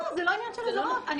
לא, זה לא עניין של אזהרות, אני